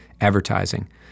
advertising